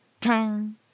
tang